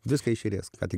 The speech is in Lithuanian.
viską iš eilės ką tik